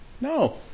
No